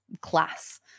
class